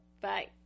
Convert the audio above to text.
Bye